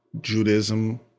Judaism